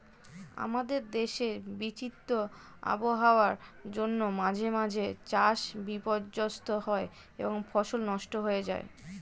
আমাদের দেশে বিচিত্র আবহাওয়ার জন্য মাঝে মাঝে চাষ বিপর্যস্ত হয় এবং ফসল নষ্ট হয়ে যায়